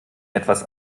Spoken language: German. etwas